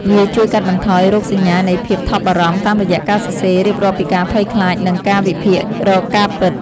វាជួយកាត់បន្ថយរោគសញ្ញានៃភាពថប់បារម្ភ តាមរយៈការសរសេររៀបរាប់ពីការភ័យខ្លាច និងការវិភាគរកការពិត។